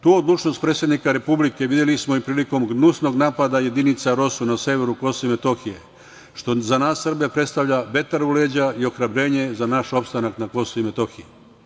Tu odlučnost predsednika Republike videli smo i prilikom gnusnog napada jedinica ROSU na severu Kosova i Metohije, što za nas Srbe predstavlja vetar u leđa i ohrabrenje za naš opstanak na Kosovu i Metohiji.